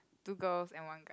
two girls and one guy